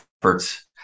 efforts